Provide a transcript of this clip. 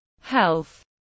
health